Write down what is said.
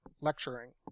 lecturing